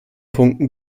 punkten